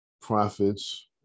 profits